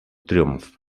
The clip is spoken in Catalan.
triomf